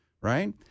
right